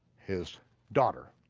his daughter,